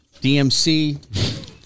DMC